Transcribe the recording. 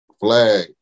flag